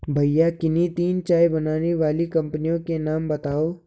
भैया किन्ही तीन चाय बनाने वाली कंपनियों के नाम बताओ?